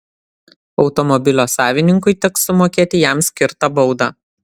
automobilio savininkui teks sumokėti jam skirtą baudą